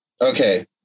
Okay